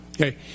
okay